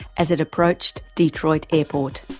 as it approached detroit airport.